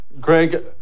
greg